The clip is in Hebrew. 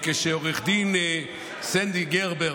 כשעו"ד סנדי גרבר,